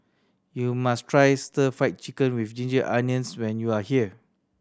you must try Stir Fried Chicken With Ginger Onions when you are here